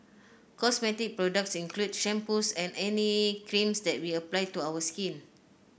cosmetic products include shampoos and any creams that we apply to our skin